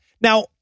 Now